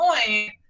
point